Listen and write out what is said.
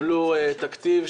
קיבלו תקציב,